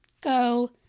go